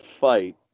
fight